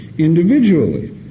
Individually